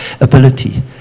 ability